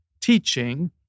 teaching